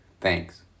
Thanks